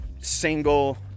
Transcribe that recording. single